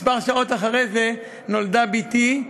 שעות מספר אחרי זה נולדה בתי.